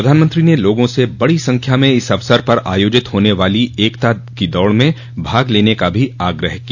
प्रधानमंत्री ने लोगों से बड़ी संख्या में इस अवसर पर आयोजित होने वाली एकता की दौड़ में भाग लेने का भी आग्रह किया